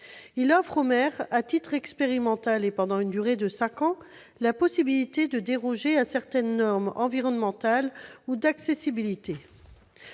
Il offre aux maires, à titre expérimental et pendant une durée de cinq ans, la possibilité de déroger à certaines normes environnementales ou d'accessibilité.